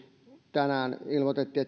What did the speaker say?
tänään ilmoitettiin